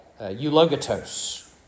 eulogatos